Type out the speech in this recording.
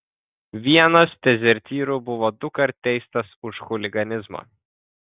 vienas dezertyrų buvo dukart teistas už chuliganizmą